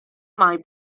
mai